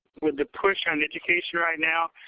with the push on education right now,